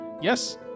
Yes